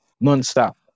Non-stop